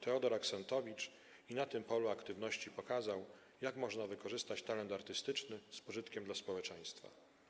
Teodor Axentowicz i na tym polu aktywności pokazał, jak można wykorzystać talent artystyczny z pożytkiem dla społeczeństwa.